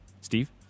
Steve